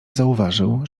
zauważył